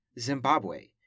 Zimbabwe